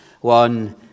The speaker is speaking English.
one